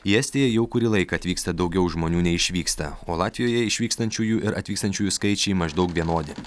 į estiją jau kurį laiką atvyksta daugiau žmonių nei išvyksta o latvijoje išvykstančiųjų ir atvykstančiųjų skaičiai maždaug vienodi